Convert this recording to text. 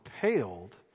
paled